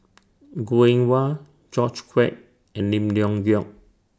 Goh Eng Wah George Quek and Lim Leong Geok